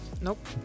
Nope